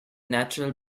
natural